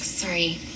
Sorry